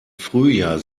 frühjahr